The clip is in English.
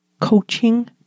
coaching